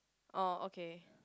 oh okay